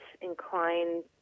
inclined